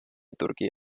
turquía